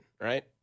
right